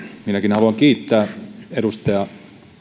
minäkin haluan kiittää edustaja